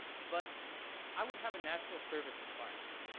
but i would have a national service requirement.